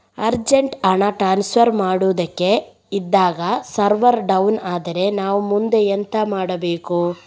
Urgent ಹಣ transfer ಮಾಡೋದಕ್ಕೆ ಇದ್ದಾಗ ಸರ್ವರ್ ಡೌನ್ ಆದರೆ ನಾವು ಮುಂದೆ ಎಂತ ಮಾಡಬೇಕು?